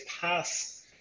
pass